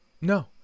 No